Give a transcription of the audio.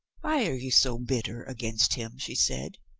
why are you so bitter against him? she said.